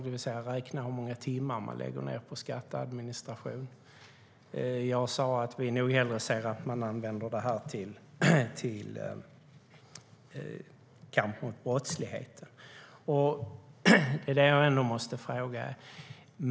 Man skulle alltså räkna ut hur många timmar som läggs ned på skatteadministration. Jag sa att vi nog hellre ser att man använder det till kamp mot brottsligheten. Jag måste ändå fråga en sak.